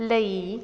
ਲਈ